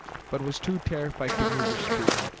but was too terrified to move or speak